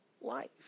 life